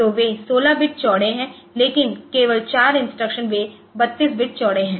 तो वे 16 बिट चौड़े हैं लेकिन केवल 4 इंस्ट्रक्शन वे 32 बिट चौड़े हैं